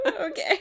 Okay